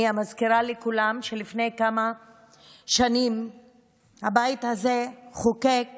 אני מזכירה לכולם שלפני כמה שנים הבית הזה חוקק